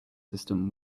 system